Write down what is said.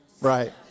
Right